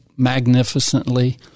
magnificently